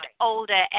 older